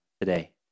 today